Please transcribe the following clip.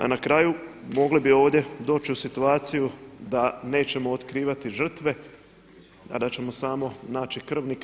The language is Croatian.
A na kraju mogli bi ovdje doći u situaciju da nećemo otkrivati žrtve, a da ćemo samo naći krvnike.